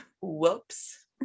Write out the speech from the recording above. Whoops